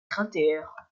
cratères